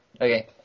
Okay